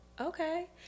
Okay